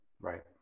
right